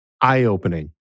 eye-opening